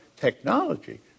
technology